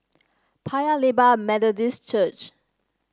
Paya Lebar Methodist Church